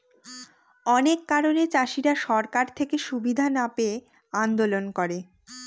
অনেক কারণে চাষীরা সরকার থেকে সুবিধা না পেয়ে আন্দোলন করে